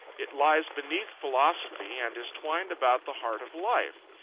it lies beneath philosophy, and is twined about the heart of life.